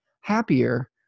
happier